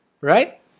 Right